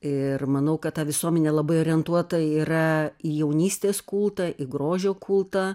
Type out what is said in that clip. ir manau kad ta visuomenė labai orientuota yra į jaunystės kultą į grožio kultą